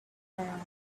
around